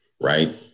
Right